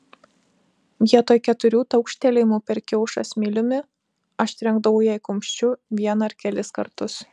vietoj keturių taukštelėjimų per kiaušą smiliumi aš trenkdavau jai kumščiu vieną ar kelis kartus